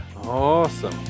awesome